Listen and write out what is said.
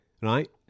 right